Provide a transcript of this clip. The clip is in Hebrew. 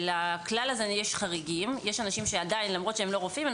לכלל הזה יש הרבה חריגים יש אנשים שעדיין למרות שהם לא רופאים,